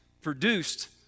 produced